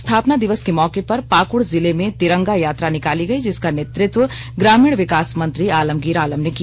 स्थापना दिवस के मौके पर पाकड़ जिले में तिरंगा यात्रा निकाली गई जिसका नेतृत्व ग्रामीण विकास मंत्री आलमगीर आलम ने किया